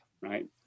right